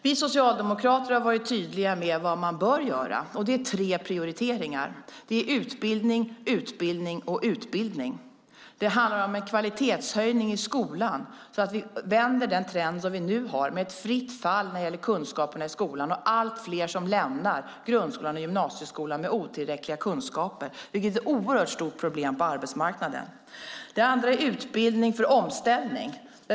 Vi socialdemokrater har varit tydliga med vad man bör göra, och det är tre prioriteringar. Det är utbildning, utbildning och utbildning. Det handlar om en kvalitetshöjning i skolan, så att vi vänder den trend som vi nu har med ett fritt fall när det gäller kunskaperna i skolan. Det är allt fler som lämnar grundskolan och gymnasieskolan med otillräckliga kunskaper, vilket är ett oerhört stort problem på arbetsmarknaden. Det andra handlar om utbildning för omställning.